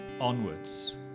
onwards